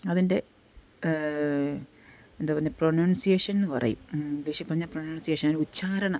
അതിൻ്റെ എന്തുവാ പറഞ്ഞത് പ്രൊനൗൺസിയേഷൻ എന്ന് പറയും ഇംഗ്ലീഷിൽ പറഞ്ഞാൽ പ്രൊനൗൺസിയേഷൻ ഉച്ചാരണം